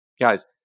guys